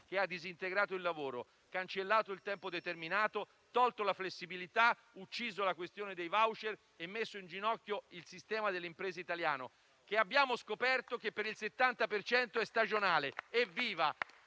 che ha disintegrato il lavoro, cancellato il tempo determinato, tolto la flessibilità, ucciso i *voucher* e messo in ginocchio il sistema delle imprese italiano, che abbiamo scoperto che per il 70 per cento è stagionale: evviva!